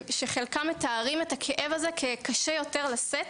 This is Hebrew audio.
שחלקם מתארים את הכאב הזה כקשה יותר לשאת